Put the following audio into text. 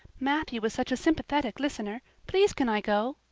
matthew is such a sympathetic listener. please can i go?